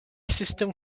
system